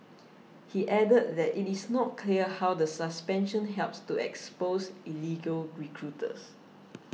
he added that it is not clear how the suspension helps to expose illegal recruiters